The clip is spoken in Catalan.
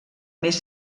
més